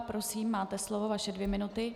Prosím, máte slovo, vaše dvě minuty.